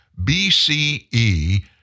BCE